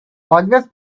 always